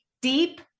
deep